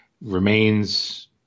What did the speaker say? remains